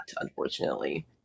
unfortunately